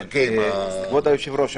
כבוד היושב-ראש,